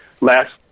last